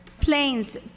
planes